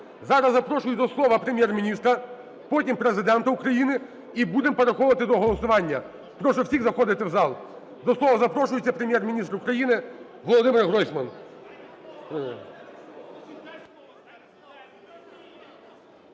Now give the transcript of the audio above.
Зараз запрошую до слова Прем'єр-міністра, потім Президента України, і будемо переходити до голосування. Прошу всіх заходити в зал. До слова запрошується Прем'єр-міністр України Володимир Гройсман.